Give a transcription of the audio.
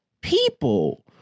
people